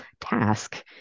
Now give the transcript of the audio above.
task